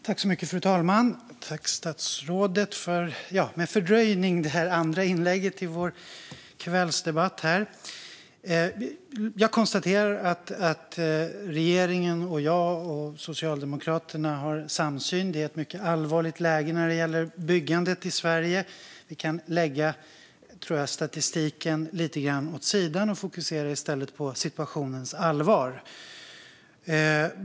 Fru talman! Jag tackar statsrådet för det fördröjda andra inlägget i denna kvällsdebatt. Jag konstaterar att regeringen, jag och Socialdemokraterna har en samsyn - det råder ett mycket allvarligt läge när det gäller byggandet i Sverige. Jag tror att vi kan lägga statistiken lite grann åt sidan och i stället fokusera på situationens allvar.